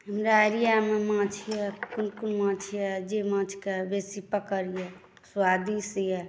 हमरा एरिआमे माछ अइ कोन कोन माछ अइ आओर जे माछके बेसी पकड़ अइ स्वादिष्ट अइ